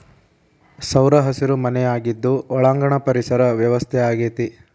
ಸೌರಹಸಿರು ಮನೆ ಆಗಿದ್ದು ಒಳಾಂಗಣ ಪರಿಸರ ವ್ಯವಸ್ಥೆ ಆಗೆತಿ